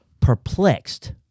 Perplexed